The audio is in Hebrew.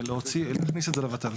להכניס את זה לות"ל.